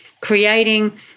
creating